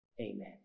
Amen